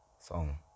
song